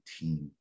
team